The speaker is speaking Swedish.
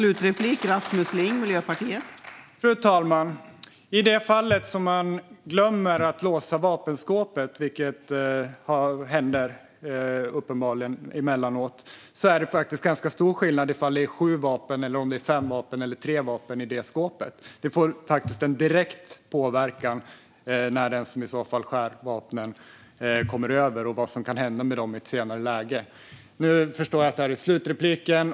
Fru talman! I det fall man glömmer att låsa vapenskåpet, vilket uppenbarligen händer emellanåt, gör det ganska stor skillnad om det är sju, fem eller tre vapen i skåpet. Det får faktiskt en direkt påverkan när det gäller den som stjäl vapnen och vad som kan hända med dessa i ett senare läge. Jag förstår att detta är min slutreplik.